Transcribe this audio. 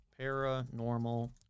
Paranormal